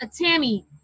Tammy